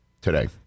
today